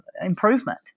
improvement